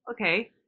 okay